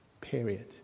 period